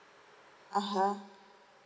(uh huh)